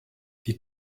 die